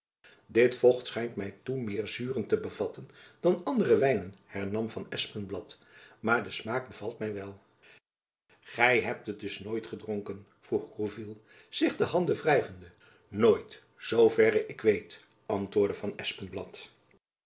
dit vocht schijnt my toe meer zuren te bevatten dan andere wijnen hernam van espenblad maar de smaak bevalt my wel gy hebt het dus nooit gedronken vroeg gourville zich de handen wrijvende nooit zoo verre ik weet antwoordde van